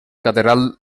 catedral